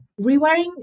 rewiring